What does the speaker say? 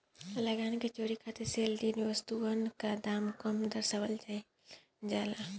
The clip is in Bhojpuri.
लगान चोरी खातिर सेल डीड में वस्तुअन के दाम कम दरसावल जाइल जाला